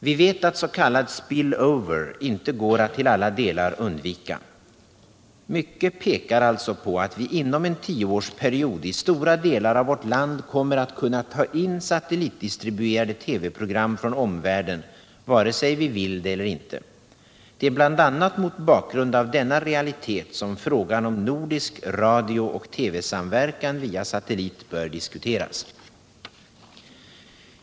Vi vet att s.k. spill over inte går att till alla delar undvika. Mycket pekar alltså på att vi inom en tioårsperiod i stora delar av vårt land kommer att kunna ta in satellitdistribuerade TV-program från omvärlden vare sig vi vill det eller inte. Det är bl.a. mot bakgrund av denna realitet som frågan om nordisk radiooch TV-samverkan via satellit bör diskuteras.